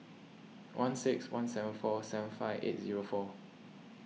one six one seven four seven five eight zero four